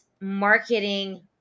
marketing